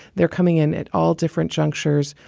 they're coming in at all different junctures.